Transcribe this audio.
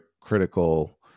critical